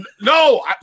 No